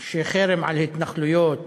שחרם על התנחלויות,